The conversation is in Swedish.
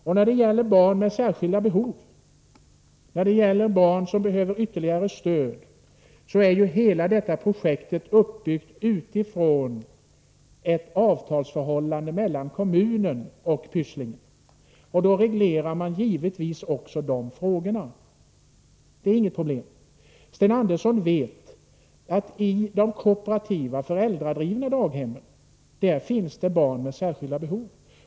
Och när det gäller barn med särskilda behov, som behöver ytterligare stöd, är ju hela detta projekt uppbyggt utifrån ett avtalsförhållande mellan kommunen och Pysslingen, och då regleras givetvis också dessa frågor. Det är inget problem. Sten Andersson vet att det i de kooperativa föräldradrivna daghemmen finns barn med särskilda behov.